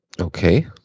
Okay